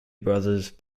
brothers